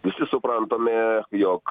visi suprantame jog